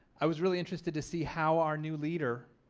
i was really interested to see how our new leader